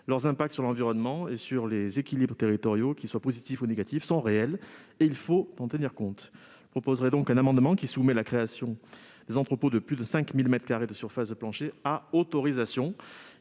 Leur impact sur l'environnement et sur les équilibres territoriaux, qu'il soit positif ou négatif, est réel, et il faut en tenir compte. Je proposerai donc un amendement qui vise à soumettre la création des entrepôts de plus de 5 000 mètres carrés de surface de plancher à autorisation.